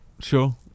Sure